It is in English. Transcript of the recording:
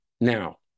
Now